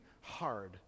hard